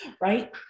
right